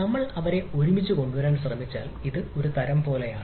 നമ്മൾ അവരെ ഒരുമിച്ച് കൊണ്ടുവരാൻ ശ്രമിച്ചാൽ ഇത് ഒരു തരം പോലെയാണ്